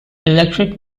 electric